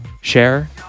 share